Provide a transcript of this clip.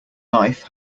life